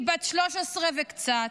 היא בת 13 וקצת,